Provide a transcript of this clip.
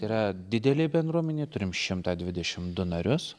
yra didelė bendruomenė turim šimtą dvidešim du narius